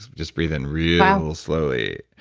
just breathe in real slowly.